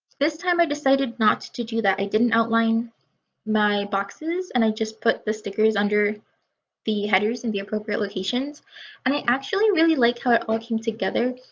this time i decided not to do that. i didn't outline my boxes and i just put the stickers under the headers in the appropriate locations and i actually really like how it all came together.